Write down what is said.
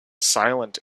silent